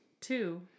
Two